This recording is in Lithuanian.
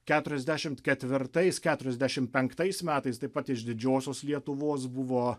keturiasdešimt ketvirtais keturiasdešim penktais metais taip pat iš didžiosios lietuvos buvo